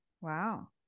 wow